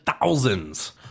thousands